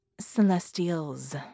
Celestials